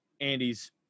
Andy's